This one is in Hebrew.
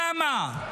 למה?